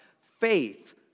faith